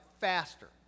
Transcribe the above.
faster